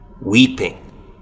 weeping